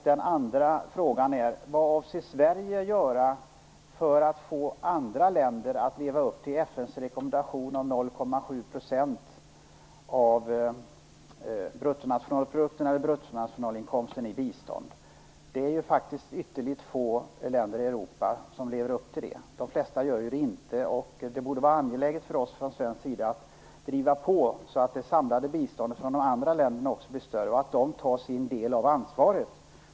Den andra frågan är: Vad avser Sverige att göra för att få andra länder att leva upp till FN:s rekommendation om 0,7 % av bruttonationalprodukten eller bruttonationalinkomsten i bistånd? Det är faktiskt ytterst få länder i Europa som lever upp till det. De flesta gör det inte, och det borde vara angeläget för oss från svenska sida att driva på så att det samlade biståndet från de andra länderna blir större och att de tar sin del av ansvaret.